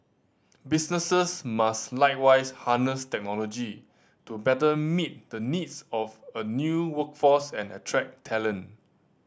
businesses must likewise harness technology to better meet the needs of a new workforce and attract talent